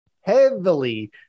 heavily